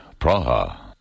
Praha